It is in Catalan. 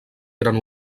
gran